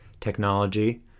technology